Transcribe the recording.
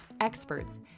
experts